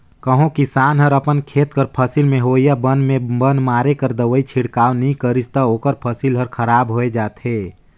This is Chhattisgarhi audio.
कहों किसान हर अपन खेत कर फसिल में होवइया बन में बन मारे कर दवई कर छिड़काव नी करिस ता ओकर फसिल हर खराब होए जाथे